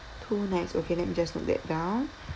two nights okay let me just note that down